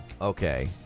okay